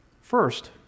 First